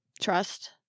trust